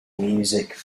music